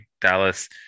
Dallas –